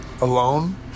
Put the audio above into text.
alone